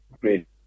great